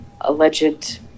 alleged